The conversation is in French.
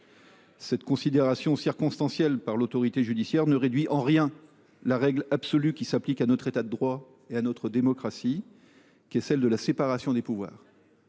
Cette considération circonstancielle de l’autorité judiciaire ne réduit en rien la règle absolue qui s’applique à notre État de droit et à notre démocratie : la séparation des pouvoirs.